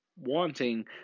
wanting